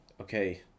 okay